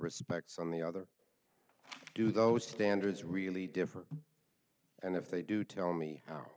respects on the other do those standards really differ and if they do tell me how